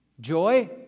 joy